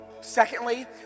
Secondly